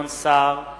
גדעון סער,